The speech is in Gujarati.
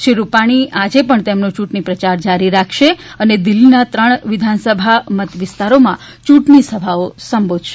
શ્રી રૂપાણી આજે પણ તેમનો ચૂંટણી પ્રચાર જારી રાખશે અને દિલ્ફીના ત્રણ વિધાનસભાના મત વિસ્તારોમાં યૂંટણી સભા સંબોધશે